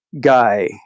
guy